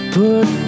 put